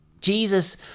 jesus